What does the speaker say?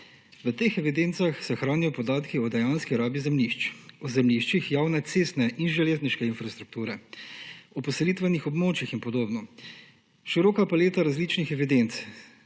V teh evidencah se hranijo podatki o dejanski rabi zemljišč, o zemljiščih javne cestne in železniške infrastrukture, o poselitvenih območjih in podobno. Široka paleta različnih evidenc